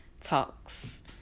talks